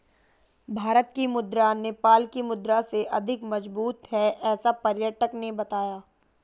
भारत की मुद्रा नेपाल के मुद्रा से अधिक मजबूत है ऐसा पर्यटक ने बताया